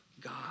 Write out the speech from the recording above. God